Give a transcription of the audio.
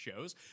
shows